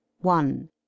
one